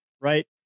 right